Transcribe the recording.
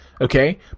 Okay